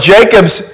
Jacob's